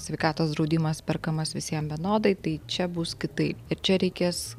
sveikatos draudimas perkamas visiem vienodai tai čia bus kitaip ir čia reikės